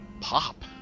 Pop